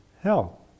hell